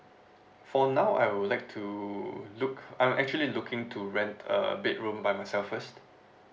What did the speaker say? for now I would like to look I'm actually looking to rent a bedroom by myself first